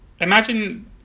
imagine